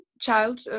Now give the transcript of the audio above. child